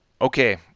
Okay